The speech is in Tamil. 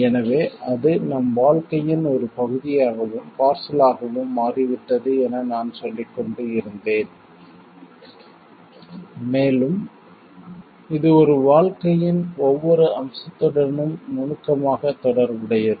எனவே அது நம் வாழ்க்கையின் ஒரு பகுதியாகவும் பார்சல் ஆகவும் மாறிவிட்டது என நான் சொல்லிக்கொண்டு இருந்தேன் மேலும் இது ஒரு வாழ்க்கையின் ஒவ்வொரு அம்சத்துடனும் நுணுக்கமாக தொடர்புடையது